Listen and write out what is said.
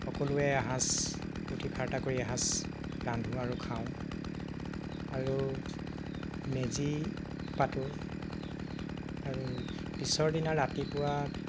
সকলোৱে এসাঁজ ফূৰ্তি ফাৰ্তা কৰি এসাঁজ ৰান্ধো আৰু খাওঁ আৰু মেজি পাতো আৰু পিছৰ দিনা ৰাতিপুৱা